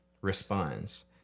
responds